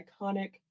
iconic